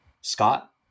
Scott